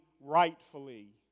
rightfully